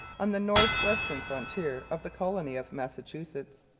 on the north-western frontier of the colony of massachusetts.